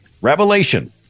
Revelation